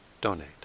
donate